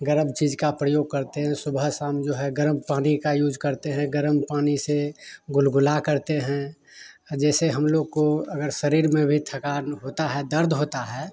गर्म चीज का प्रयोग करते हैं सुबह शाम जो है गर्म पानी का यूज़ करते हैं गर्म पानी से गुलगुला करते हैं जैसे हम लोग को अगर शरीर में भी थकान होता है दर्द होता है